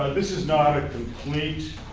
this is not a complete